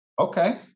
Okay